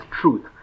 truth